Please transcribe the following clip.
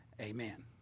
Amen